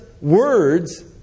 Words